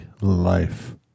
life